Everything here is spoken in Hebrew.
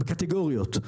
בקטגוריות.